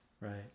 Right